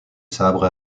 sabre